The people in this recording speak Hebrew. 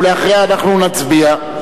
ולאחריה אנחנו נצביע.